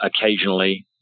occasionally